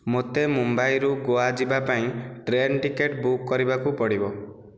ମୋତେ ମୁମ୍ବାଇରୁ ଗୋଆ ଯିବା ପାଇଁ ଟ୍ରେନ୍ ଟିକେଟ୍ ବୁକ୍ କରିବାକୁ ପଡ଼ିବ